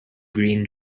green